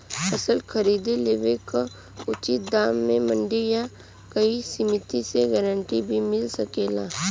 फसल खरीद लेवे क उचित दाम में मंडी या कोई समिति से गारंटी भी मिल सकेला?